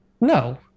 No